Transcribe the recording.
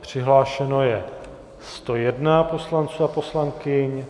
Přihlášeno je 101 poslanců a poslankyň,